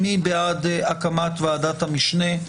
מי בעד הקמת ועדת המשנה?